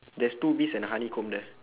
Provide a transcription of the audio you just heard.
there's two bees and a honeycomb there